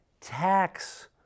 tax